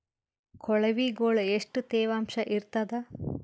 ಕೊಳವಿಗೊಳ ಎಷ್ಟು ತೇವಾಂಶ ಇರ್ತಾದ?